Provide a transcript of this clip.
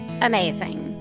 amazing